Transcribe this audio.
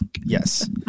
Yes